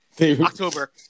October